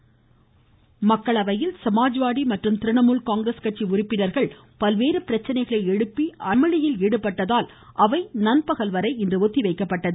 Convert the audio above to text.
மக்களவை மக்களவையில் சமாஜ்வாதி மற்றும் திரிணாமுல் காங்கிரஸ் கட்சி உறுப்பினர்கள் பல்வேறு பிரச்னைகளை எழுப்பி அமளியில் ஈடுபட்டதால் அவை நன்பகல்வரை ஒத்திவைக்கப்பட்டது